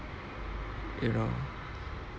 you know